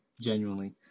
genuinely